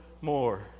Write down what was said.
more